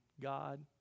God